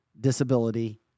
disability